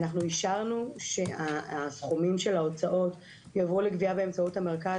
אנחנו אישרנו שהסכומים של ההוצאות יעברו לגבייה באמצעות המרכז,